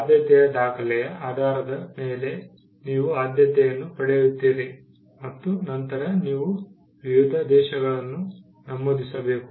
ಆದ್ಯತೆಯ ದಾಖಲೆಯ ಆಧಾರದ ಮೇಲೆ ನೀವು ಆದ್ಯತೆಯನ್ನು ಪಡೆಯುತ್ತೀರಿ ಮತ್ತು ನಂತರ ನೀವು ವಿವಿಧ ದೇಶಗಳನ್ನು ನಮೂದಿಸಬೇಕು